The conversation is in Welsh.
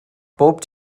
bob